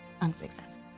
unsuccessful